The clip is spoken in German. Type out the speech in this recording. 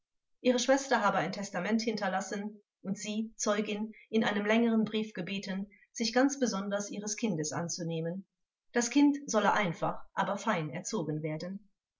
ihre schwester habe ein testament hinterlassen und sie zeugin in einem längeren brief gebeten sich ganz besonders ihres kindes anzunehmen das kind solle einfach aber fein erzogen werden